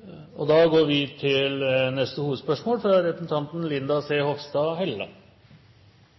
Vi går over til neste